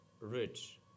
rich